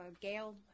Gail